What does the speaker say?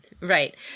Right